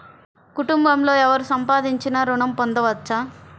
కుటుంబంలో ఎవరు సంపాదించినా ఋణం పొందవచ్చా?